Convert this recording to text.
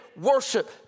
worship